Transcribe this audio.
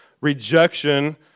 rejection